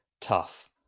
tough